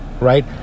Right